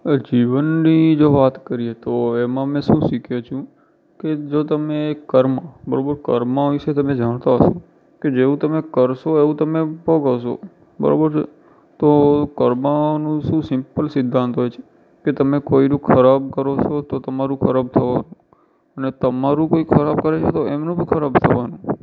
અ જીવનની જો વાત કરીએ તોહ એમાં મેં શું શીખ્યો છું કે જો તમે જો કર્મ બરોબર કર્મ વિષે તમે જાણતા હશો કે જેવું તમે કરશો એવું તમે ભોગવશો બરાબર છે તો કર્મનો શું સિમ્પલ સિદ્ધાંત હોય છે કે તમે કોઈનું ખરાબ કરો છો તો તમારું ખરાબ થવાનું અને તમારું કોઈ ખરાબ કરે છે તો એમનું ખરાબ થવાનું